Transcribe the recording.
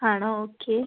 ആണോ ഓക്കെ